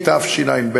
התשע"ב 2012,